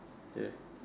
ya